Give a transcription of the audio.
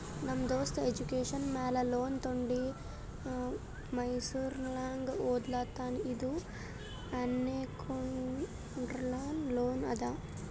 ನಮ್ ದೋಸ್ತ ಎಜುಕೇಷನ್ ಮ್ಯಾಲ ಲೋನ್ ತೊಂಡಿ ಮೈಸೂರ್ನಾಗ್ ಓದ್ಲಾತಾನ್ ಇದು ಅನ್ಸೆಕ್ಯೂರ್ಡ್ ಲೋನ್ ಅದಾ